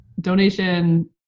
donation